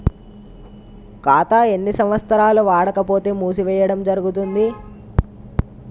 ఖాతా ఎన్ని సంవత్సరాలు వాడకపోతే మూసివేయడం జరుగుతుంది?